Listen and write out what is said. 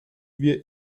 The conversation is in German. wir